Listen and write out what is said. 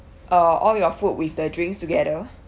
uh all your food with the drinks together